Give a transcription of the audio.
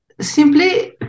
simply